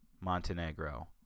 Montenegro